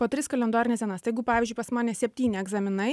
po tris kalendorines dienas tai jeigu pavyzdžiui pas mane septyni egzaminai